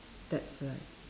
that's right